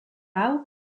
hau